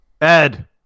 Ed